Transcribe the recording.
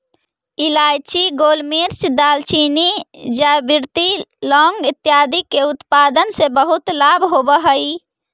इलायची, गोलमिर्च, दालचीनी, जावित्री, लौंग इत्यादि के उत्पादन से बहुत लाभ होवअ हई